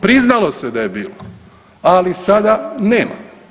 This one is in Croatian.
Priznalo se da je bilo, ali sada nema.